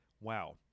Wow